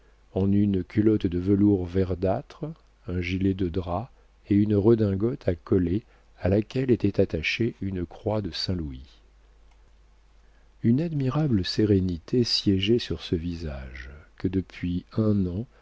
en une culotte de velours verdâtre un gilet de drap et une redingote à collet à laquelle était attachée une croix de saint-louis une admirable sérénité siégeait sur ce visage que depuis un an